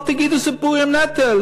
אל תגידו סיפור על נטל.